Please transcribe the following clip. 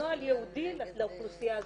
נוהל ייעודי לאוכלוסייה הזאת.